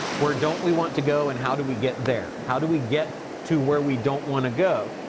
where don't we want to go, and how do we get there? how do we get to where we don't want to go?